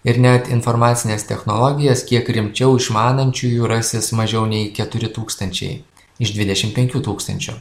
ir net informacines technologijas kiek rimčiau išmanančiųjų rasis mažiau nei keturi tūkstančiai iš dvideši penkių tūkstančių